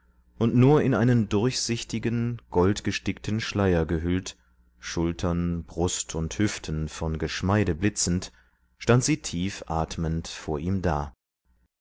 und nur in einen durchsichtigen goldgestickten schleier gehüllt schultern brust und hüften von geschmeide blitzend stand sie tief atmend vor ihm da